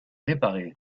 réparés